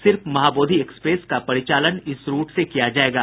सिर्फ महाबोधि एक्सप्रेस का परिचालन इस रूट से किया जायेगा